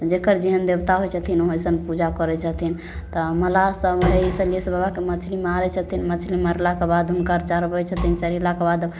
जकर जेहन देवता होइ छथिन ओइसन पूजा करै छथिन तऽ मलाहसभ ई सलहेस बाबाके मछरी मारै छथिन मछरी मारलाके बाद हुनका चढ़बै छथिन चढ़ेलाके बाद